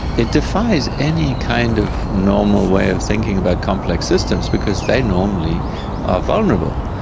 it defies any kind of normal way of thinking about complex systems because they normally are vulnerable.